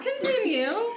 Continue